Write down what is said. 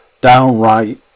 downright